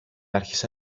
άρχισε